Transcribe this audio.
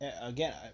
again